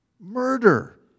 murder